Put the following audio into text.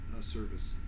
service